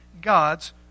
God's